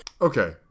Okay